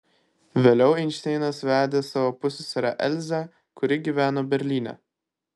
vėliau einšteinas vedė savo pusseserę elzę kuri gyveno berlyne